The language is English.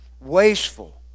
Wasteful